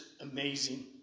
amazing